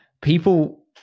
people